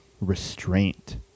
restraint